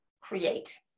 create